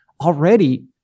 already